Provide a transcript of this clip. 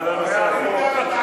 אהלן וסהלן.